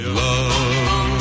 love